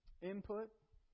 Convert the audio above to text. Input